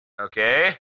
okay